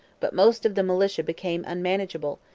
but most of the militia became unmanageable,